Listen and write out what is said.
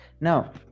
Now